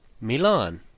Milan